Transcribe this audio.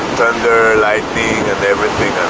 thunder, lightnings and everything.